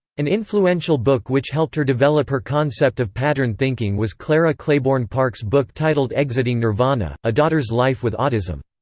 an influential book which helped her develop her concept of pattern thinking was clara claiborne park's book titled exiting nirvana a daughter's life with autism.